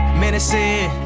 menacing